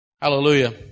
Hallelujah